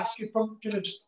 acupuncturist